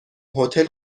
هتل